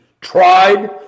tried